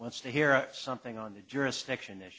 wants to hear something on the jurisdiction